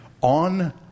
on